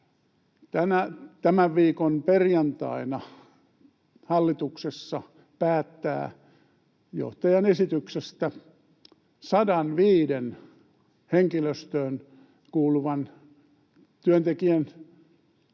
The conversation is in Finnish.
tämän viikon perjantaina päättää hallituksessa johtajan esityksestä 105:n henkilöstöön kuuluvan työntekijän